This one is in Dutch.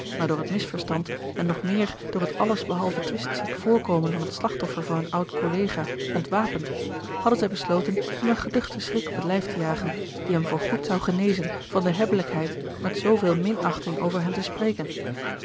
door het misverstand en nog meer door het alles behalve twistziek voorkomen van het slagtoffer van hun oud collega ontwapend hadden zij besloten hem een geduchten schrik op het lijf te jagen die hem george een ongeluksvogel voor goed zou genezen van de hebbelijkheid met zooveel minachting over hen te spreken